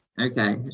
Okay